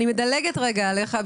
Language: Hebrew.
אני מדלגת רגע עליך,